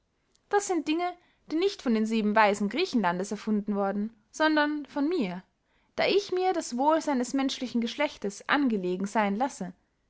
das sind dinge die nicht von den sieben weisen griechenlandes erfunden worden sondern von mir da ich mir das wohlseyn des menschlichen geschlechtes angelegen seyn lasse